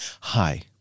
hi